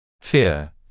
Fear